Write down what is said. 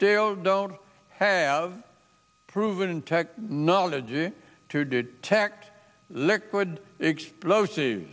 still don't have proven technology to do detect liquid explosive